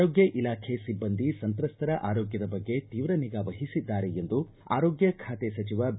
ಆರೋಗ್ಯ ಇಲಾಖೆ ಸಿಬ್ಬಂದಿ ಸಂತ್ರಸ್ತರ ಆರೋಗ್ಣದ ಬಗ್ಗೆ ತೀವ್ರ ನಿಗಾ ವಹಿಸಿದ್ದಾರೆ ಎಂದು ಆರೋಗ್ಣ ಖಾತೆ ಸಚಿವ ಬಿ